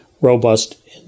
robust